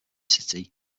city